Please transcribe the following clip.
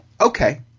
Okay